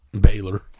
Baylor